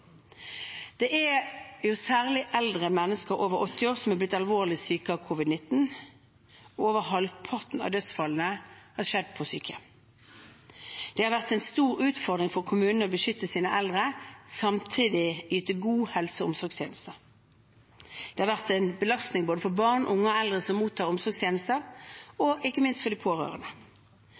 Det er særlig eldre mennesker over 80 år som har blitt alvorlig syke av covid-19, og over halvparten av dødsfallene har skjedd på sykehjem. Det har vært en stor utfordring for kommunene å beskytte sine eldre og samtidig yte god helse- og omsorgstjeneste. Det har vært en belastning både for barn, unge og eldre som mottar omsorgstjenester, og ikke minst for de pårørende,